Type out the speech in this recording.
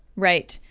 right.